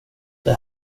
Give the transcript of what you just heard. det